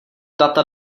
data